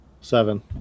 Seven